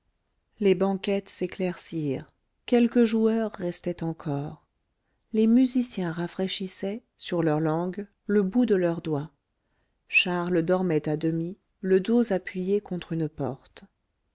les banquettes s'éclaircirent quelques joueurs restaient encore les musiciens rafraîchissaient sur leur langue le bout de leurs doigts charles dormait à demi le dos appuyé contre une porte